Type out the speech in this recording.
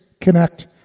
connect